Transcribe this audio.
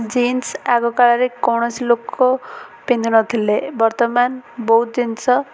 jeans ଆଗକାଳରେ କୌଣସି ଲୋକ ପିନ୍ଧୁ ନ ଥିଲେ ବର୍ତ୍ତମାନ ବହୁତ ଜିନିଷ